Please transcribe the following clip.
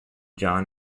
john